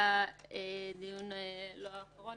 בדיון לא האחרון,